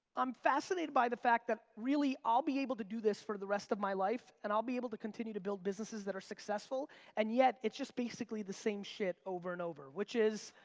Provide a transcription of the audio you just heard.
i'm fascinated by the fact that really, i'll be able to do this for the rest of my life and i'll be able to continue to build businesses that are successful and yet, it's just basically the same shit over and over. which is,